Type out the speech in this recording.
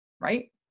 Right